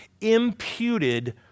imputed